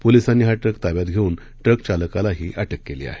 पोलिसांनी हा ट्रक ताब्यात घेऊन ट्रकचालकालाही अटक केली आहे